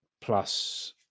plus